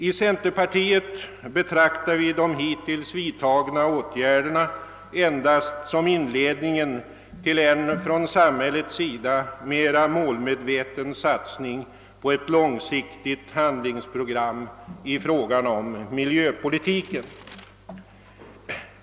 Inom centerpartiet betraktar vi hittills vidtagna åtgärder endast som inledningen till en från samhällets sida mer målmedveten satsning på ett långsiktigt handlingsprogram i fråga om miljöpolitiken.